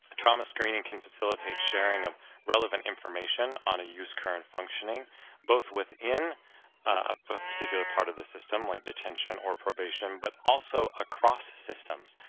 trauma screening can facilitate sharing of relevant information on a youth's current functioning both within a particular part of the system, like detention or probation, but also across systems.